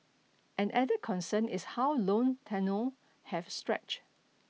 an added concern is how loan tenure have stretched